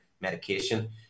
medication